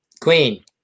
Queen